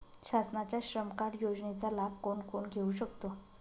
शासनाच्या श्रम कार्ड योजनेचा लाभ कोण कोण घेऊ शकतो?